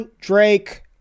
Drake